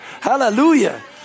Hallelujah